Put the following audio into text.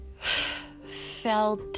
felt